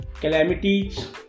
calamities